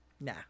nah